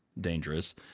dangerous